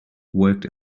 worked